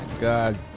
God